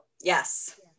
Yes